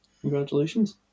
Congratulations